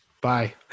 Bye